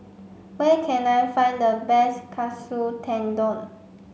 where can I find the best Katsu Tendon